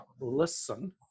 listen